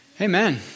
Amen